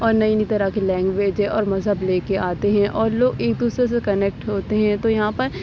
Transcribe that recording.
اور نئی نئی طرح کی لینگویج اور مذہب لے کے آتے ہیں اور لوگ ایک دوسرے سے کنیکٹ ہوتے ہیں تو یہاں پر